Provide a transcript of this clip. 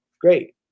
Great